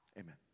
amen